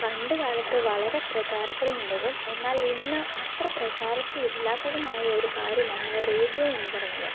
പണ്ട് കാലത്ത് വളരെ പ്രചാരത്തിൽ നിന്നതും എന്നാലിന്ന് അത്ര പ്രചാരത്തിൽ ഇല്ലാത്തതുമായൊരു കാര്യമാണ് റേഡിയോ എന്ന് പറയുന്നത്